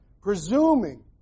Presuming